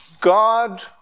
God